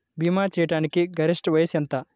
భీమా చేయాటానికి గరిష్ట వయస్సు ఎంత?